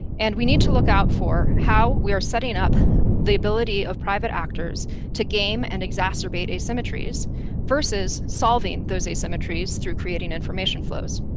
and we need to look out for how we are setting up the ability of private actors to game and exacerbate asymmetries versus solving those asymmetries through creating information flows.